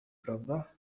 prawda